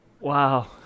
Wow